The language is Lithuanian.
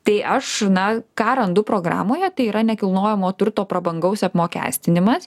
tai aš na ką randu programoje tai yra nekilnojamo turto prabangaus apmokestinimas